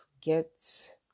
get